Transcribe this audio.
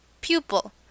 Pupil